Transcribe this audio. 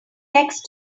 next